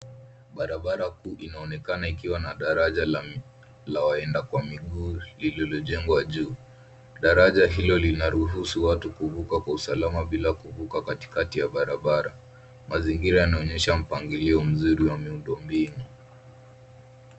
Barabara kuu inaonekana ikiwa na daraja la waenda kwa miguu lililojengwa juu. Daraja hilo linaruhusu watu kuvuka kwa usalama bila kuvuka katikati ya barabara. Mazingira yanaonyesha mpangilio mzuri wa miundo mbinu.